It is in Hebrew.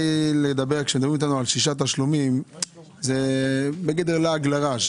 כשמדברים איתנו על שישה תשלומים זה בגדר לעג לרש.